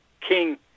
king